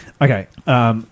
Okay